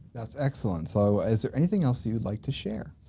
that's excellent so is there anything else you'd like to share?